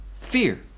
fear